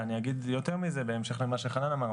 ואני אגיד יותר מזה בהמשך למה שחנן אמר.